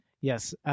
Yes